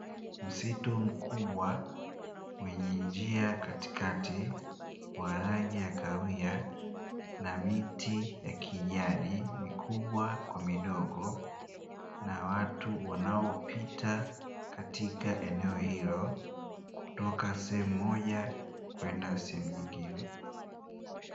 Msitu mkubwa wenye njia katikati wa rangi ya kahawia, na miti ya kijani mikubwa kwa midogo, na watu wanaopita katika eneo hilo kutoka sehemu moja kwenda sehemu nyengine.